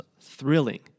thrilling